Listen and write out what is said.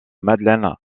madeleine